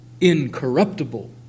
incorruptible